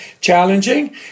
challenging